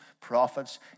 prophets